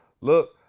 look